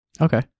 Okay